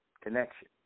connection